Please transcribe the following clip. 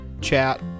chat